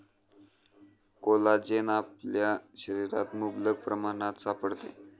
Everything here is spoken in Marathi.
कोलाजेन आपल्या शरीरात मुबलक प्रमाणात सापडते